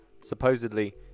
Supposedly